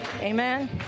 Amen